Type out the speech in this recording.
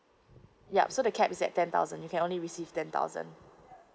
yup so the cap is at ten thousand you can only receive ten thousand